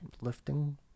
Lifting